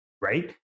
Right